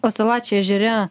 o salačiai ežere